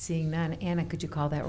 seeing that ana could you call that